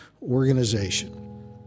organization